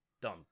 Done